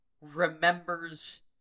remembers